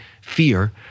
fear